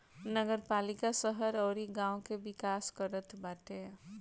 नगरपालिका शहर अउरी गांव के विकास करत बाटे